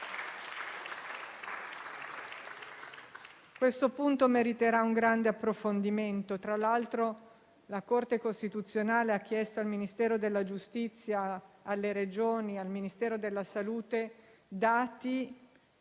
Questo punto meriterà un grande approfondimento. Tra l'altro, la Corte costituzionale ha chiesto al Ministero della giustizia, alle Regioni e al Ministero della salute dati